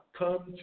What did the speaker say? come